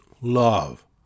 love